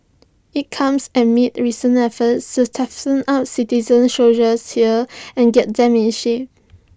IT comes amid recent efforts to up citizen soldiers here and get them in shape